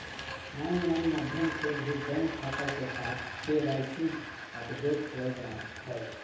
online माध्यम से भी बैंक खाता के साथ के.वाई.सी अपडेट करल जा हय